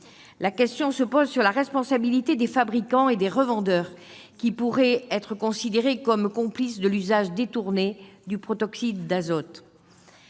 La question se pose de la responsabilité des fabricants et des revendeurs, qui pourraient être considérés comme complices de l'usage détourné du protoxyde d'azote.